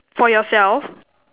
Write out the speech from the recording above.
for yourself